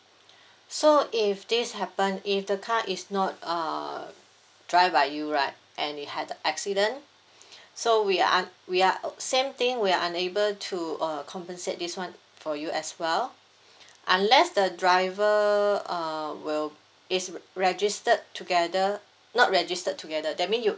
so if this happen if the car is not uh drive by you right and it had a accident so we un~ we are same thing we are unable to uh compensate this one for you as well unless the driver um will is registered together not registered together that mean you